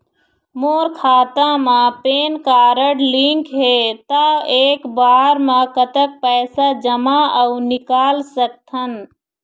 मोर खाता मा PAN card link हे ता एक बार मा कतक पैसा जमा अऊ निकाल सकथन?